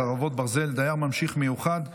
חרבות ברזל) (דייר ממשיך מיוחד),